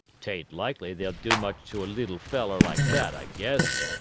t aint likely they'll do much to a leetle feller like that, i guess,